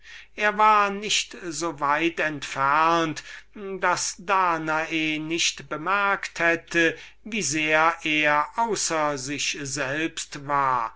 er war nicht so weit entfernt daß danae nicht bemerkt hätte wie sehr er außer sich selbst war